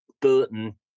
Burton